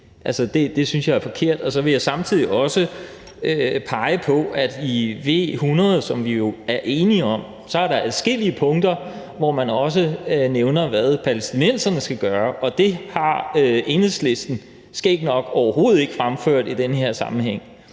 jeg også pege på, at i forslag til vedtagelse nr. V 100, som vi jo er enige om, er der adskillige punkter, hvor man også nævner, hvad palæstinenserne skal gøre, og det har Enhedslisten skægt nok overhovedet ikke fremført i den her sammenhæng.